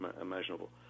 imaginable